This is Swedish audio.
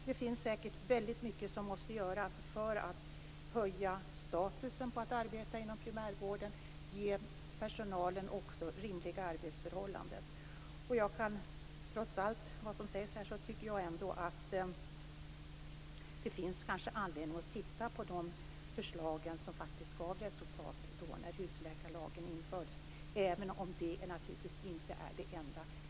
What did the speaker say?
Det är säkert väldigt mycket som måste göras för att höja statusen på arbete inom primärvården och för att ge personalen rimliga arbetsförhållanden. Trots allt vad som sägs här tycker jag att det finns anledning att titta på de förslag som gav resultat när husläkarlagen infördes, även om de naturligtvis inte är det enda.